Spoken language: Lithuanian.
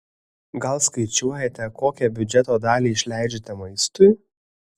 gal skaičiuojate kokią biudžeto dalį išleidžiate maistui